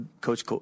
Coach